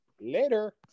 Later